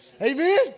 Amen